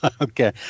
Okay